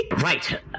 Right